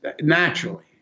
naturally